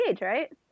right